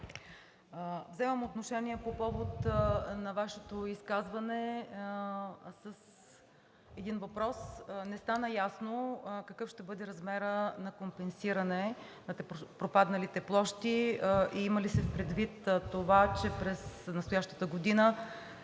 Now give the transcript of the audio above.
вземам отношение по повод на Вашето изказване с един въпрос. Не стана ясно какъв ще бъде размерът на компенсиране на пропадналите площи и има ли се предвид това, че през настоящата година